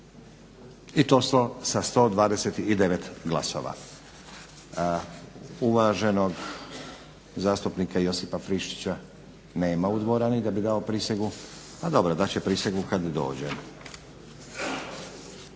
i to sa 129 glasova. Uvaženog zastupnika Josipa Friščića nema u dvorani da bi dao prisegu, a dobro, dat će prisegu kad dođe.